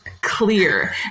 clear